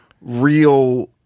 real